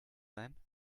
then